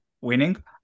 winning